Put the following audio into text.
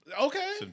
Okay